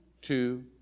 two